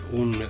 un